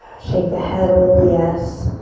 shake the head a little yes.